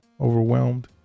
overwhelmed